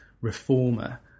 reformer